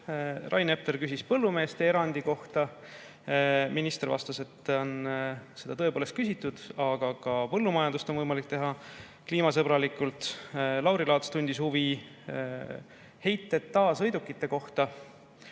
Rain Epler küsis põllumeestele tehtava erandi kohta. Minister vastas, et seda on tõepoolest küsitud, aga ka põllumajandusega on võimalik tegelda kliimasõbralikult. Lauri Laats tundis huvi heiteta sõidukite kohta,